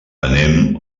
anem